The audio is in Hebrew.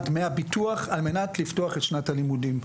דמי הביטוח על מנת לפתוח את שנת הלימודים.